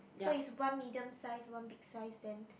so is one medium size one big size then